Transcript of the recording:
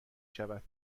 شود